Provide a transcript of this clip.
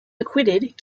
acquitted